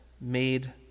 made